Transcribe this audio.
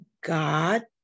God